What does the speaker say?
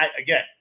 again